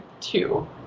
two